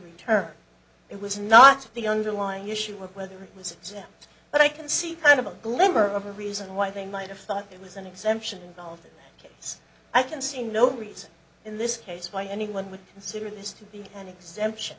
return it was not the underlying issue or whether it was but i can see kind of a glimmer of a reason why they might have thought it was an exemption of the kids i can see no reason in this case why anyone would consider this to be an exemption